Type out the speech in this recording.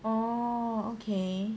oh okay